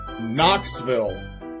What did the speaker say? Knoxville